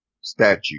statue